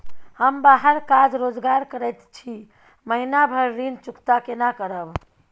हम बाहर काज रोजगार करैत छी, महीना भर ऋण चुकता केना करब?